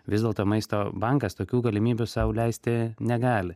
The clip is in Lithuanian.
vis dėlto maisto bankas tokių galimybių sau leisti negali